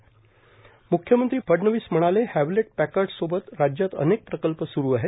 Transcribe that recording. म्ख्यमंत्री फडणवीस म्हणालेए हॅवलेट पकार्डसोबत राज्यात अनेक प्रकल्प सुरू आहेत